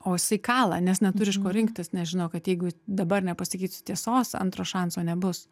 o jisai kala nes neturi iš ko rinktis nes žino kad jeigu dabar nepasakysiu tiesos antro šanso nebus